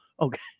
Okay